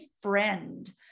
friend